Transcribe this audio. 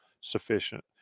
sufficient